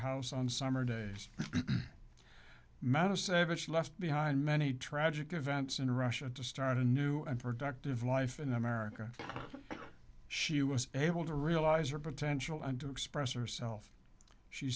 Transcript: house on summer days matter seven she left behind many tragic events in russia to start a new and productive life in america she was able to realize their potential and to express herself she